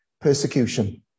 persecution